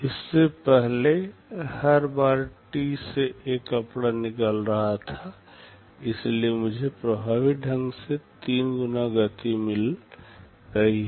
इससे पहले हर बार टी से एक कपड़ा निकल रहा था इसलिए मुझे प्रभावी ढंग से 3 गुना गति मिल रही है